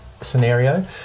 scenario